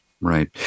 right